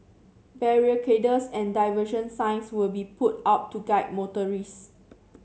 barricades and diversion signs will be put up to guide motorist